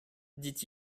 dit